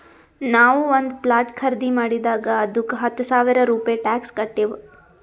ನಾವು ಒಂದ್ ಪ್ಲಾಟ್ ಖರ್ದಿ ಮಾಡಿದಾಗ್ ಅದ್ದುಕ ಹತ್ತ ಸಾವಿರ ರೂಪೆ ಟ್ಯಾಕ್ಸ್ ಕಟ್ಟಿವ್